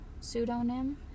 pseudonym